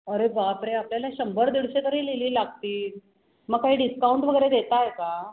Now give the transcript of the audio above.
अरे बापरे आपल्याला शंभर दीडशे तरी लिली लागतील मग काही डिस्काउंट वगैरे देत आहे का